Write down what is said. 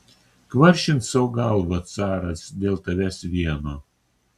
kvaršins sau galvą caras dėl tavęs vieno